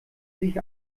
sich